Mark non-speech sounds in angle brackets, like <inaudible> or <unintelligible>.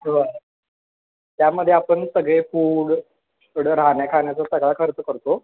बर त्यामध्ये आपण सगळे फूड <unintelligible> राहण्या खाण्याचा सगळा खर्च करतो